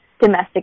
domestic